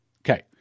Okay